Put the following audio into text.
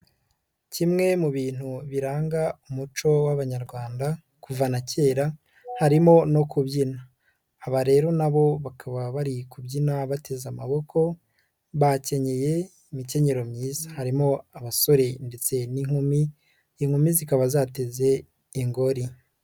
Kimwe mu bintu biranga umuco w'abanyarwanda, kuva na kera, harimo no kubyina. Aba rero na bo bakaba bari kubyina bateze amaboko, bakenyeye imikenyero myiza. Harimo abasore ndetse n'inkumi, inkumi zikaba zateze ingori.